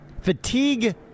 Fatigue